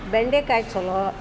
ಬೆಂಡೆಕಾಯಿ ಚಲೋ